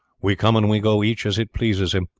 we come and we go each as it pleases him.